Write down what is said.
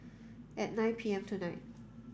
at nine P M tonight